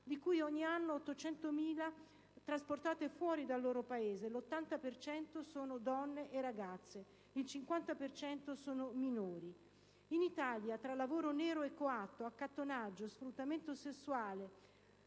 di cui ogni anno 800.000 trasportate fuori dal loro Paese: l'80 per cento sono donne e ragazze e il 50 per cento sono minori. In Italia, tra lavoro nero coatto (accattonaggio, sfruttamento sessuale,